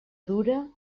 dura